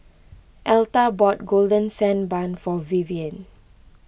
Elta bought Golden Sand Bun for Vivienne